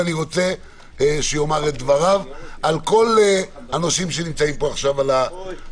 ואני רוצה שיאמר את דבריו על כל הנושאים שנמצאים על סדר-היום.